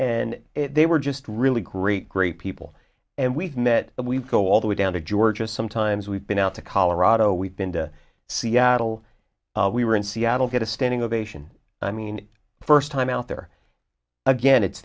and they were just really great great people and we've met we've go all the way down to georgia sometimes we've been out to colorado we've been to seattle we were in seattle get a standing ovation i mean first time out there again it's